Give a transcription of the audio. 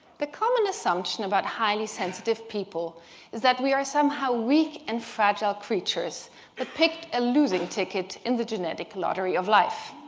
the common assumption about highly sensitive people is that we are somehow weak and fragile creatures who but picked a losing ticket in the genetic lottery of life.